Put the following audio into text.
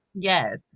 Yes